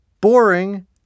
boring